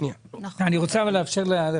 אני רוצה אבל לאפשר לחברי הוועדה.